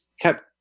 kept